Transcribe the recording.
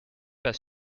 pas